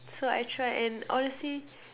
so I tried and honestly